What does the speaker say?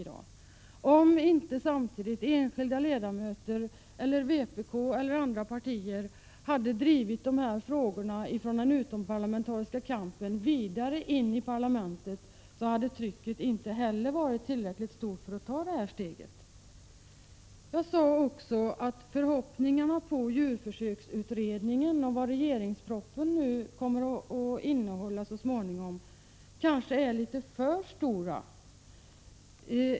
Och om inte samtidigt enskilda ledamöter, eller vpk eller andra partier, hade drivit dessa frågor från den utomparlamentariska kampanjen vidare in i parlamentet, så hade trycket inte heller varit tillräckligt stort för att man skulle kunna ta det här steget. Jag sade också att förhoppningarna på djurförsöksutredningen, och på vad regeringens proposition så småningom kommer att innehålla, kanske är litet för stora.